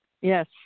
Yes